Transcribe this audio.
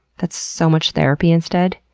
that's so much therapy instead.